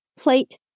plate